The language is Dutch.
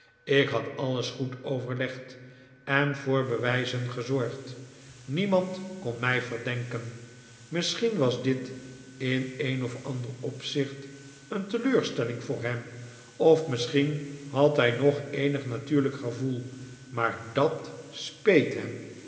ik had alles goed overlegd en voor bewijzen gezorgd niemand kon mij verdenken misschien was dit in een of ander opzicht een teleurstelling voor hem of misschien had hij nog eenig natuurlijk gevoel maar dat speet hem